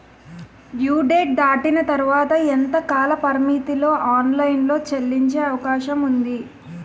Due date దాటిన తర్వాత ఎంత కాలపరిమితిలో ఆన్ లైన్ లో చెల్లించే అవకాశం వుంది?